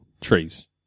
trees